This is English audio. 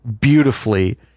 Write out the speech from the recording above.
beautifully